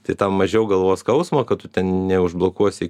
tai tau mažiau galvos skausmo kad neužblokuosi